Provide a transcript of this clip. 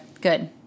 Good